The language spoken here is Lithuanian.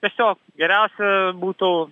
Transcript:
tiesiog geriausia būtų